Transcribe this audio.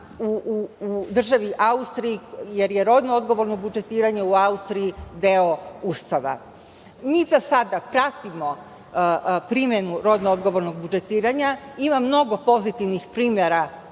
u državi Austriji, jer je rodno odgovorno budžetiranje u Austriji deo ustava. Mi za sada pratimo primenu rodno odgovornog budžetiranja. Ima mnogo pozitivnih primera,